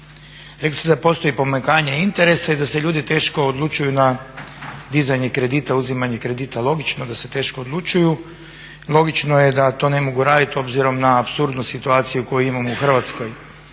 Rekli ste da postoji pomanjkanje interesa i da se ljudi teško odlučuju na dizanje kredita, uzimanje kredita. Logično da se teško odlučuju, logično je da to ne mogu raditi obzirom na apsurdnost situacije koju imamo u Hrvatskoj.